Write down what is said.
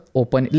open